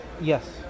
Yes